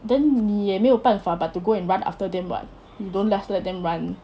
then 你也没有办法 but to go and run after them [what] don't just let them run